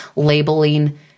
labeling